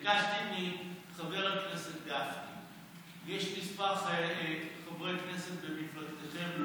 ביקשתי מחבר הכנסת גפני: יש כמה חברי כנסת ממפלגתכם,